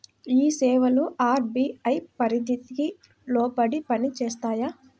ఈ సేవలు అర్.బీ.ఐ పరిధికి లోబడి పని చేస్తాయా?